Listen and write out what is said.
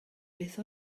beth